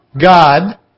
God